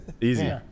Easy